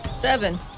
Seven